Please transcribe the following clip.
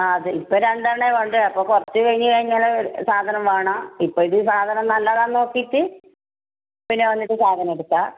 ആ അതെ ഇപ്പം രണ്ടണ്ണെ വേണ്ടൂ അപ്പോൾ കുറച്ച് കഴിഞ്ഞ് കഴിഞ്ഞാൽ സാധനം വേണോ ഇപ്പോഴിത് സാധനം നല്ലതാണ് നോക്കിയിട്ട് പിന്നെ വന്നിട്ട് സാധനം എടുക്കാം